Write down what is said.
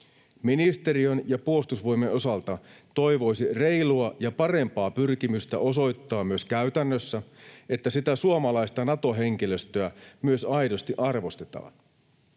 Ministeriön ja Puolustusvoimien osalta toivoisi reilua ja parempaa pyrkimystä osoittaa myös käytännössä, että sitä suomalaista Nato-henkilöstöä myös aidosti arvostetaan